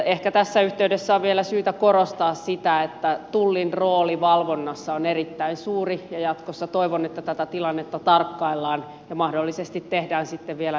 ehkä tässä yhteydessä on vielä syytä korostaa sitä että tullin rooli valvonnassa on erittäin suuri ja jatkossa toivon että tätä tilannetta tarkkaillaan ja mahdollisesti tehdään sitten vielä lisätoimenpiteitä verotuksen osalta